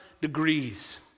degrees